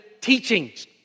teachings